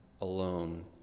alone